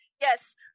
yes